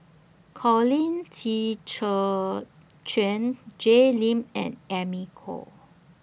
Colin Qi Zhe Quan Jay Lim and Amy Khor